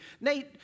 Nate